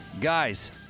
Guys